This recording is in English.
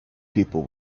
people